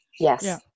Yes